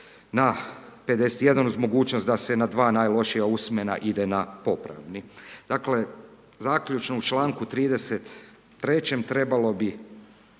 na 51 uz mogućnost da se na dva najlošija usmena ide na popravni. Dakle zaključno, u članku 33. trebalo bi